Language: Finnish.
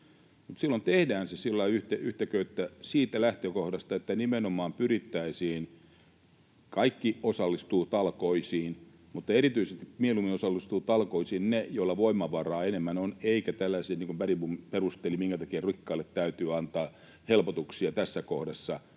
silloin tehdään se yhtä köyttä siitä lähtökohdasta, että nimenomaan pyrittäisiin kaikki osallistumaan talkoisiin, mutta erityisesti, että mieluummin osallistuvat talkoisiin ne, joilla voimavaraa enemmän on — eikä näin niin kuin Bergbom perusteli, minkä takia rikkaille täytyy antaa helpotuksia tässä kohdassa